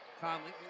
Conley